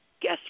guess